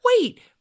Wait